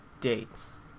dates